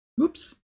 Oops